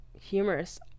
humorous